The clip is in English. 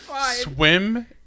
swim